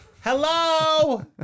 hello